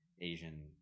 Asian